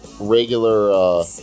regular